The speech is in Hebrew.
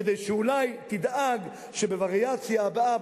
כדי שאולי תדאג שבווריאציה הבאה,